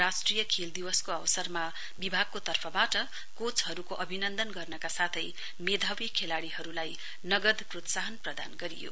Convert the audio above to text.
राष्ट्रिय खेल दिवसको अवसरमा विभागके तर्फवाट कोचहरुको अभिन्नदन गर्नका साथै मेधावी केलाड़ीहरुलाई नगद प्रोत्साहन प्रदान गरियो